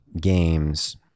games –